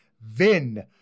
Vin